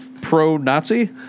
pro-Nazi